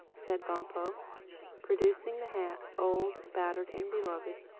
said bumpo producing the hat, old, battered and beloved,